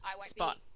spot